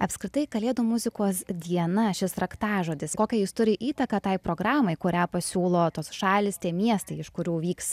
apskritai kalėdų muzikos diena šis raktažodis kokią jis turi įtaką tai programai kurią pasiūlo tos šalys tie miestai iš kurių vyks